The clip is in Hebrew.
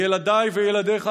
ילדיי וילדיך,